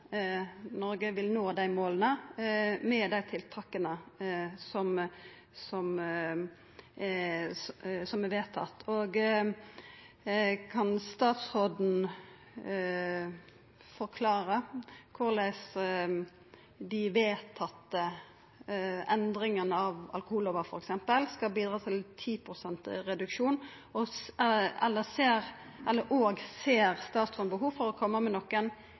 Noreg vil nå det målet med dei tiltaka som er vedtatte. Kan statsråden forklara korleis dei vedtatte endringane av f.eks. alkohollova skal bidra til 10 pst. reduksjon? Og ser statsråden behov for å koma med nokon